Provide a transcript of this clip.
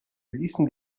ließen